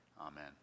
Amen